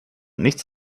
nichts